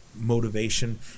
motivation